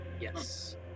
Yes